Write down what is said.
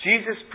Jesus